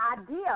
idea